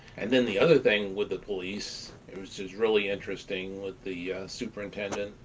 and then the other thing with the police, it was just really interesting with the superintendent,